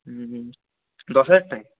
হ্যাঁ দশ হাজারটাই